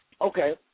Okay